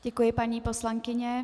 Děkuji, paní poslankyně.